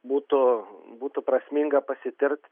būtų būtų prasminga pasitirt